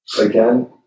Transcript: again